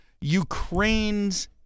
Ukraine's